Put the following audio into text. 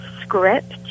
script